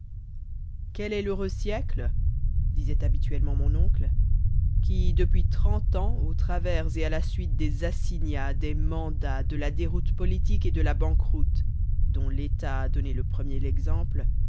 quel est l'heureux du siècle disait habituellement mon oncle qui depuis trente ans au travers et à la suite des assignats des mandats de la déroute politique et de la banqueroute dont l'état a donné le premier l'exemple